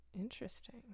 Interesting